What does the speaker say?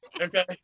Okay